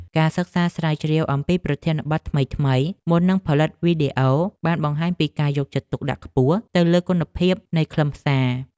ការសិក្សាស្រាវជ្រាវអំពីប្រធានបទថ្មីៗមុននឹងផលិតវីដេអូបានបង្ហាញពីការយកចិត្តទុកដាក់ខ្ពស់ទៅលើគុណភាពនៃខ្លឹមសារ។